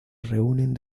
reúnen